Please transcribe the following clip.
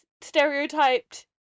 stereotyped